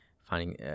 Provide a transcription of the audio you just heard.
finding